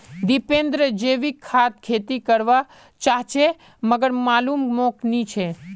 दीपेंद्र जैविक खाद खेती कर वा चहाचे मगर मालूम मोक नी छे